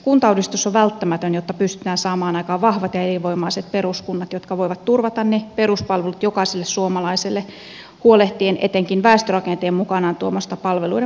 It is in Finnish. kuntauudistus on välttämätön jotta pystytään saamaan aikaan vahvat ja elinvoimaiset peruskunnat jotka voivat turvata ne peruspalvelut jokaiselle suomalaiselle huolehtien etenkin väestörakenteen mukanaan tuomasta palveluiden massiivisesta lisätarpeesta